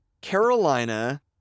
Carolina